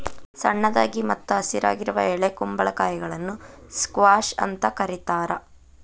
ಸಣ್ಣದಾಗಿ ಮತ್ತ ಹಸಿರಾಗಿರುವ ಎಳೆ ಕುಂಬಳಕಾಯಿಗಳನ್ನ ಸ್ಕ್ವಾಷ್ ಅಂತ ಕರೇತಾರ